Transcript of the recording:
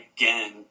again